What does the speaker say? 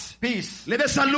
Peace